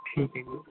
ਠੀਕ ਹੈ ਜੀ